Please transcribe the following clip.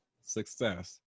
Success